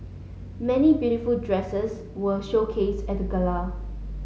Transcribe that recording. many beautiful dresses were showcased at the gala